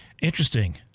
Interesting